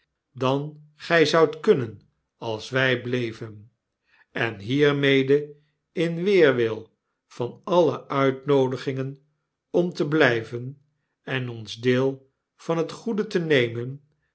dan gy zoudt kunnen als wy bleven en hiermede in weerwil van alle uitnoodigingen om te bliven en ons deel van het goede te nemen